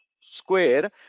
square